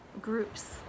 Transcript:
groups